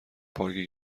پارکی